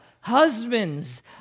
husbands